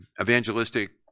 evangelistic